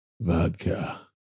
vodka